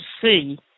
see